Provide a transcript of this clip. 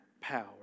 power